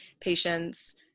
patients